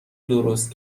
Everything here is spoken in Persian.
درست